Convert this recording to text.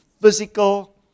physical